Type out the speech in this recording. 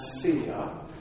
fear